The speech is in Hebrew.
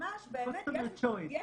יש